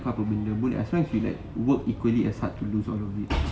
entah apa benda boleh as long like she work equally as hard to lose it